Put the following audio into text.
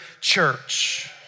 church